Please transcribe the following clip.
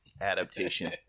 adaptation